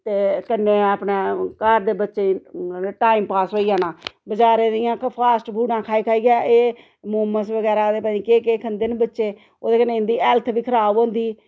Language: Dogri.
ते कन्नै अपने घर दे बच्चे गी मतलब टाइमपास होई जाना बजारें दियां फास्ट फूडं खाई खाइयै एह् मोमोस बगैरा ते पता नी केह् केह् खंदे ने बच्चे ओह्दे कन्नै इन्दी हेल्थ बी खराब होंदी